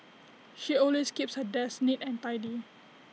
she always keeps her desk neat and tidy